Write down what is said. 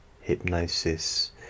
hypnosis